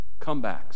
Comebacks